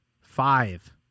five